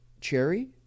cherry